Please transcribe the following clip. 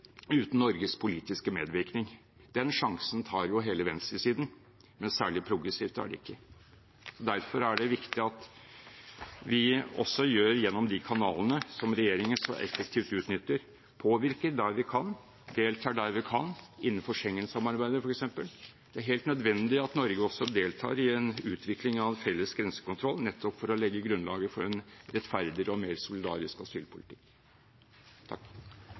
uten Norges politiske medvirkning. Den sjansen tar jo hele venstresiden, men særlig progressivt er det ikke. Derfor er det viktig at vi også gjennom de kanalene som regjeringen så effektivt utnytter, påvirker der vi kan, og deltar der vi kan – innenfor Schengen-samarbeidet, f.eks. Det er helt nødvendig at Norge også deltar i en utvikling av en felles grensekontroll, nettopp for å legge grunnlaget for en mer rettferdig og mer solidarisk asylpolitikk.